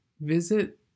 visit